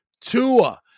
Tua